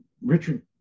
Richard